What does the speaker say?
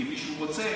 אם מישהו רוצה,